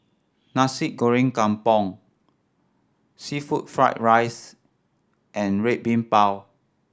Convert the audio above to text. Nasi Goreng Kampung seafood fried rice and Red Bean Bao